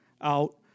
out